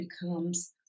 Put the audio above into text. becomes